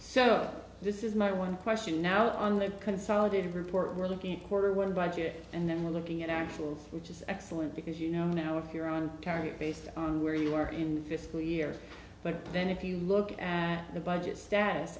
so this is my one question now on the consolidated report we're looking at quarter one budget and then we're looking at actual which is excellent because you know now if you're on carrier based on where you are in the fiscal year but then if you look at the budget status